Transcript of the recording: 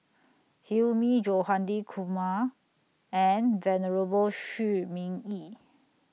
Hilmi Johandi Kumar and Venerable Shi Ming Yi